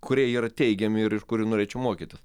kurie yra teigiami ir iš kurių norėčiau mokytis